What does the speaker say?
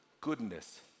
goodness